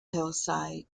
hillside